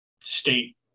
state